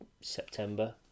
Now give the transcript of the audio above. september